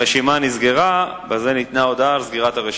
הרשימה נסגרה, בזה ניתנה הודעה על סגירת הרשימה.